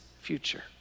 future